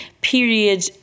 period